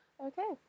okay